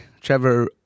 Trevor